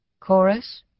Chorus